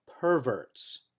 perverts